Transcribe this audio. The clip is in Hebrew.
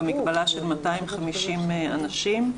במגבלה של 250 אנשים.